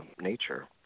nature